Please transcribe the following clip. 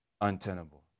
untenable